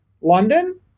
London